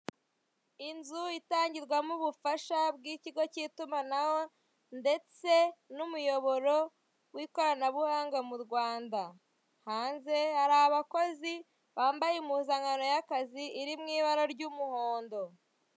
Inzu itangirwamo ubufasha bw'ikigo k'itumanaho ndetse n'umuyoboro w'ikoranabuhanga mu Rwanda. Hanze hari abakozi bambaye impuzankano y'akazi iri mu ibara ry'umuhondo.